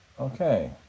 Okay